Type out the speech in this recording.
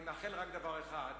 אני מאחל רק דבר אחד,